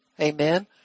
Amen